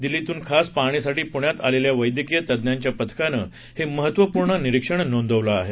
दिल्लीतून खास पाहणीसाठी पुण्यात आलेल्या वैद्यकीय तज्ज्ञांच्या पथकानं हे महत्वपूर्ण निरीक्षण नोंदवलं आहे